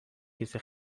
کیسه